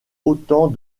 autant